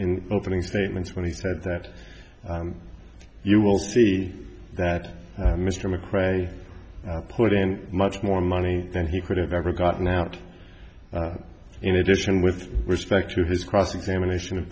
in opening statements when he said that you will see that mr macrae put in much more money than he could've ever gotten out in addition with respect to his cross examination of